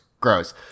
gross